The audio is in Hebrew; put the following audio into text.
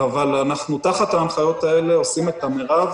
אבל תחת ההנחיות האלה אנחנו עושים את המרב